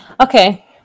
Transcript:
Okay